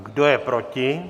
Kdo je proti?